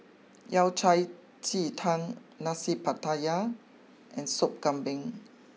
Yao Cai Ji Tang Nasi Pattaya and Sop Kambing